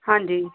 ਹਾਂਜੀ